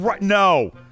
No